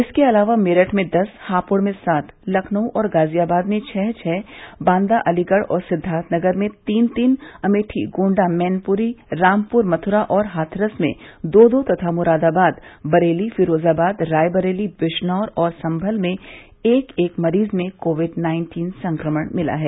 इसके अलावा मेरठ में दस हापुड़ में सात लखनऊ और गाजियाबाद में छः छः बांदा अलीगढ़ और सिद्वार्थ नगर में तीन तीन अमेठी गोण्डा मैनपुरी रामपुर मथुरा और हाथरस में दो दो तथा मुरादाबाद बरेली फिरोजाबाद रायबरेली बिजनौर और संभल में एक एक मरीज में कोविड नाइन्टीन संक्रमण मिला है